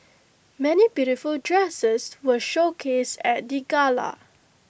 many beautiful dresses were showcased at the gala